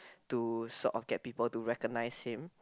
to sort of get people to recognize him